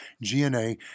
Gna